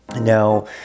now